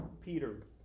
Peter